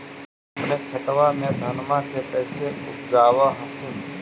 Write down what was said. अपने खेतबा मे धन्मा के कैसे उपजाब हखिन?